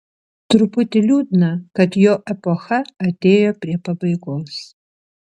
truputį liūdna kad jo epocha atėjo prie pabaigos